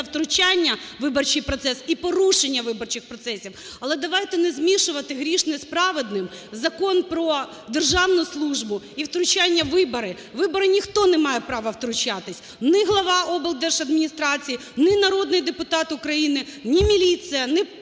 втручання в виборчий процес і порушення виборчих процесів. Але давайте не змішувати грішне з праведним, Закон "Про державну службу" і втручання в вибори. В вибори ніхто не має право втручатися: ні глава облдержадміністрації, ні народний депутат України, ні міліція, ні пожежна.